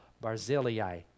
Barzillai